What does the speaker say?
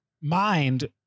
mind